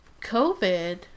COVID